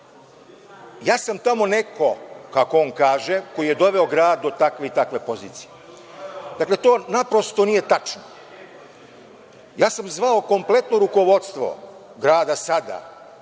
ja sam tamo neko, kako on kaže, koji je doveo grad do takve i takve pozicije. To naprosto nije tačno. Ja sam zvao kompletno rukovodstvo grada sada,